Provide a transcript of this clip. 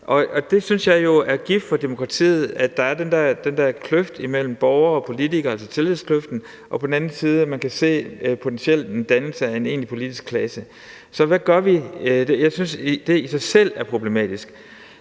Jeg synes jo, det er gift for demokratiet, at der på den ene side er den der kløft imellem borgere og politikere, altså tillidskløften, og at man på den anden side kan se en potentiel dannelse af en egentlig politisk klasse. Så hvad gør vi? Jeg synes, det i sig selv er problematisk.